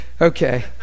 Okay